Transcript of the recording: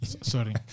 sorry